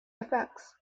effects